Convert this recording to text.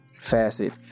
facet